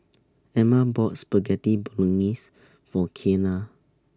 Emma bought Spaghetti Bolognese For Kianna